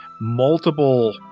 multiple